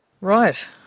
Right